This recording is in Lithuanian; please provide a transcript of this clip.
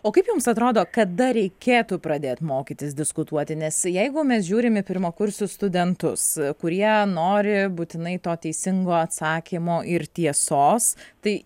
o kaip jums atrodo kada reikėtų pradėt mokytis diskutuoti nes jeigu mes žiūrim į pirmakursius studentus kurie nori būtinai to teisingo atsakymo ir tiesos tai